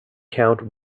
count